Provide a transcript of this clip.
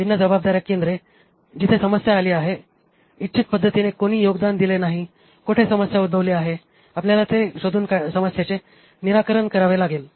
भिन्न जबाबदाऱ्या केंद्रे जिथे समस्या आली आहे इच्छित पद्धतीने कोणी योगदान दिले नाही कोठे समस्या उद्भवली आहे आपल्याला ते शोधून समस्येचे निराकरण करावे लागेल